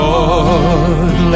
Lord